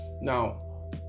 Now